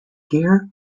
deer